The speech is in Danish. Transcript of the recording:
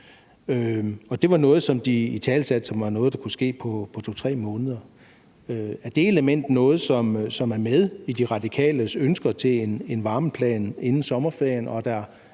Det var noget, som de italesatte som noget, der kunne ske på 2-3 måneder. Er det element noget, som er med i De Radikales ønsker til en varmeplan inden sommerferien?